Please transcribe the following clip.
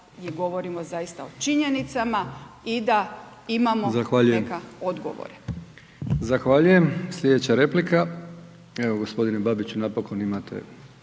govorimo zaista o činjenicama i da imamo neke odgovore. **Brkić, Milijan (HDZ)** Zahvaljujem. Sljedeća replika, evo gospodine Babiću, napokon imate